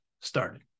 started